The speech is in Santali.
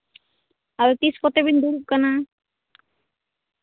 ᱟᱫᱚ ᱛᱤᱸᱥ ᱠᱚᱛᱮ ᱵᱤᱱ ᱫᱩᱲᱩᱵᱽ ᱠᱟᱱᱟ